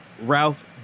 Ralph